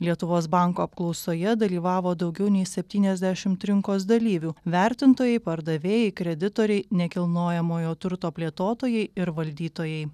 lietuvos banko apklausoje dalyvavo daugiau nei septyniasdešimt rinkos dalyvių vertintojai pardavėjai kreditoriai nekilnojamojo turto plėtotojai ir valdytojai